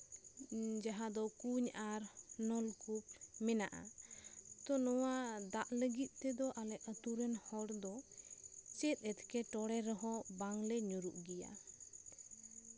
ᱡᱟᱦᱟᱸ ᱫᱚ ᱠᱩᱧ ᱟᱨ ᱱᱚᱞᱠᱩᱯ ᱢᱮᱱᱟᱜᱼᱟ ᱛᱚ ᱱᱚᱣᱟ ᱫᱟᱜ ᱞᱟᱹᱜᱤᱫ ᱛᱮᱫᱚ ᱟᱞᱮ ᱟᱛᱳ ᱨᱮᱱ ᱦᱚᱲ ᱫᱚ ᱪᱮᱫ ᱮᱴᱠᱮᱴᱚᱲᱮ ᱨᱮᱦᱚᱸ ᱵᱟᱝᱞᱮ ᱧᱩᱨᱩᱜ ᱜᱮᱭᱟ